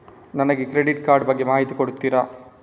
ನನಗೆ credit card ಬಗ್ಗೆ ಮಾಹಿತಿ ಕೊಡುತ್ತೀರಾ?